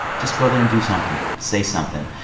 just go there and do something, say something.